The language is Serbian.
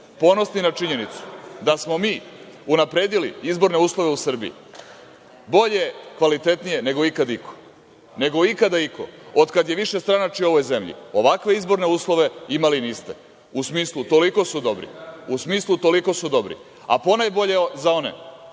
ponosni na činjenicu da smo mi unapredili izborne uslove u Srbiji bolje, kvalitetnije nego ikada iko, nego ikada iko od kada je višestranačje u ovoj zemlji. Ovakve izborne uslove imali niste. U smislu toliko su dobri, u smislu toliko su dobri, a ponajbolje za one